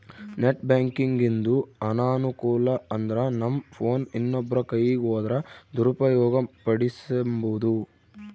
net ಬ್ಯಾಂಕಿಂಗಿಂದು ಅನಾನುಕೂಲ ಅಂದ್ರನಮ್ ಫೋನ್ ಇನ್ನೊಬ್ರ ಕೈಯಿಗ್ ಹೋದ್ರ ದುರುಪಯೋಗ ಪಡಿಸೆಂಬೋದು